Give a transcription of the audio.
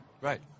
Right